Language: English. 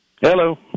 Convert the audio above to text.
Hello